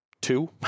two